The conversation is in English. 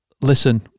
listen